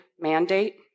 mandate